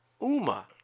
Uma